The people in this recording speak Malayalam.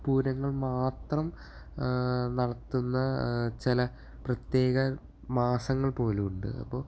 പൂരങ്ങൾ മാത്രം നടത്തുന്ന ചില പ്രത്യേക മാസങ്ങൾ പോലുമുണ്ട് അപ്പോൾ